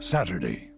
Saturday